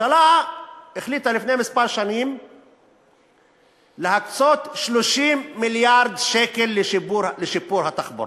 הממשלה החליטה לפני כמה שנים להקצות 30 מיליארד שקל לשיפור התחבורה.